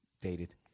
dated